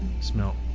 smell